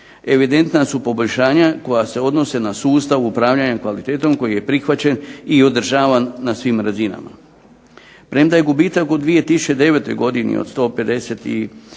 evidentna su poboljšanja koja se odnose na sustav upravljanja kvalitetom koji je prihvaćen i održavan na svim razinama. Premda je gubitak u 2009. godini od 158